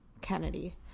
Kennedy